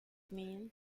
mean